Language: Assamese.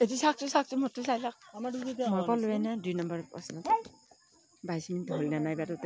এইটো চাওকচোন চাওকচোন মোৰটো চাই লওক মই পৰলুৱে নে দুই নম্বৰত প্ৰশ্নটো